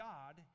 God